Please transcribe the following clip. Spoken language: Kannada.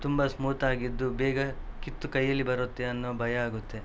ತುಂಬ ಸ್ಮೂತಾಗಿದ್ದು ಬೇಗ ಕಿತ್ತು ಕೈಯಲ್ಲಿ ಬರುತ್ತೆ ಅನ್ನೋ ಭಯ ಆಗುತ್ತೆ